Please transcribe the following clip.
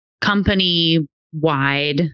company-wide